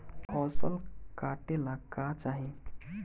फसल काटेला का चाही?